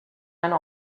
eine